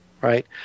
right